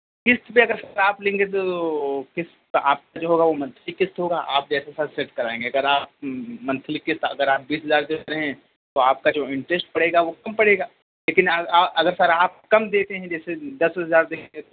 قسط پہ اگر سر آپ لیں گے تو قسط آپ کا جو ہوگا وہ منتھلی قسط ہوگا آپ جیسے سر سیٹ کرائیں گے اگر آپ منتھلی قسط اگر آپ بیس ہزار دے رہے ہیں تو آپ کا جو انٹرسٹ پڑے گا وہ کم پڑے گا لیکن اگر سر آپ کم دیتے ہیں جیسے دس ہزار دیں گے تو